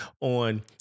on